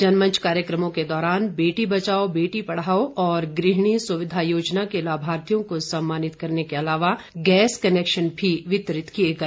जनमंच कार्यक्रमों के दौरान बेटी बचाओ बेटी पढ़ाओ और गृहिणी सुविधा योजना के लाभार्थियों को सम्मानित करने के अलावा गैस कनैक्शन भी वितरित किए गए